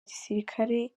gisirikare